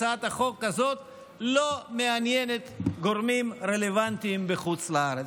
הצעת החוק הזאת לא מעניינת גורמים רלוונטיים בחוץ לארץ.